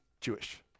Jewish